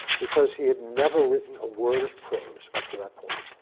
because he had never written a word of prose up to that point.